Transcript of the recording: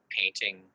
painting